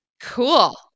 Cool